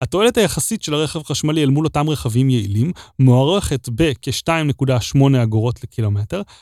התועלת היחסית של הרכב החשמלי אל מול אותם רכבים יעילים מערכת בכ-2.8 אגורות לקילומטר